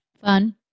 Fun